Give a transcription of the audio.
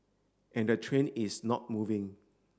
and the train is not moving